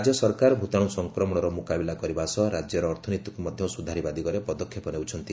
ରାଜ୍ୟ ସରକାର ଭୂତାଣୁ ସଂକ୍ରମଣର ମୁକାବିଲା କରିବା ସହ ରାଜ୍ୟର ଅର୍ଥନୀତିକୁ ମଧ୍ୟ ସୁଧାରିବା ଦିଗରେ ପଦକ୍ଷେପ ନେଉଛନ୍ତି